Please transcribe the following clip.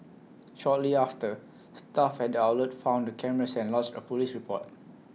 shortly after staff at the outlet found the cameras and lodged A Police report